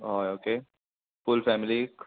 हय okay full फॅमिलीक